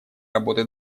работы